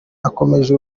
akomeje